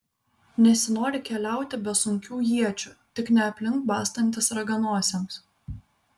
nesinori keliauti be sunkių iečių tik ne aplink bastantis raganosiams